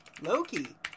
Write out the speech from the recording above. Loki